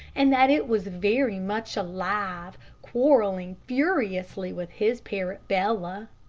and that it was very much alive, quarreling furiously with his parrot bella.